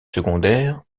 secondaires